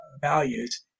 values